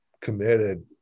committed